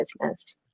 business